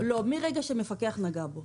מהרגע שמפקח נגע בו.